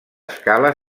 escala